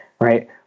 right